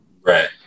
Right